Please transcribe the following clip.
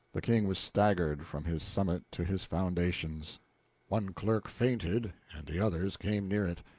the king was staggered, from his summit to his foundations one clerk fainted, and the others came near it.